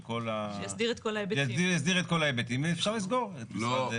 שיסדיר את כל ההיבטים ואפשר לסגור את משרדי הממשלה.